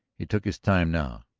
he took his time now.